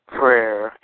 prayer